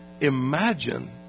imagine